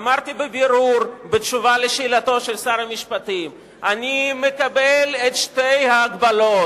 אמרתי בבירור בתשובה על שאלתו של שר המשפטים שאני מקבל את שתי ההגבלות,